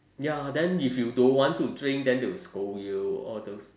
ya then if you don't want to drink then they will scold you all those